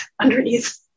underneath